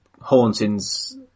hauntings